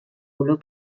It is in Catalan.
olor